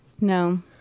No